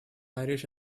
irish